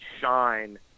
shine